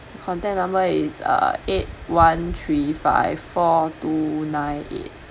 contact number is uh eight one three five four two nine eight